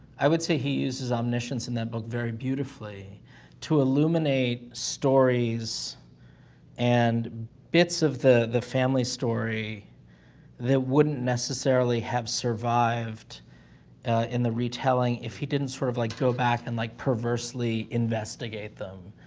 i would say, he uses omniscience in that book very beautifully to illuminate stories and bits of the the family story that wouldn't necessarily have survived in the retelling if he didn't sort of, like, go back, and, like, perversely investigate them,